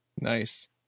Nice